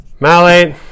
malate